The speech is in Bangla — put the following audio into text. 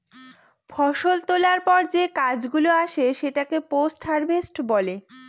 ফষল তোলার পর যে কাজ গুলো আসে সেটাকে পোস্ট হারভেস্ট বলে